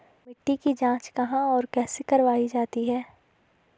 मिट्टी की जाँच कहाँ और कैसे करवायी जाती है?